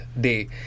Day